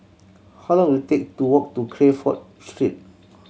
how long will it take to walk to Crawford Street